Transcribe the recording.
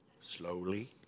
Slowly